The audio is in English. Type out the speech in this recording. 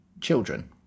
children